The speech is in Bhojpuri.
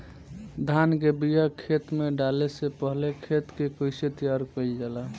धान के बिया खेत में डाले से पहले खेत के कइसे तैयार कइल जाला?